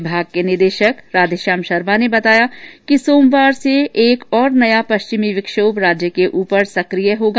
विभाग के निदेशक राघेश्याम शर्मा ने बताया कि सोमवार से एक ओर नया पश्चिमी विक्षोभ राज्य के उपर सकिय होगा